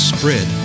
Spread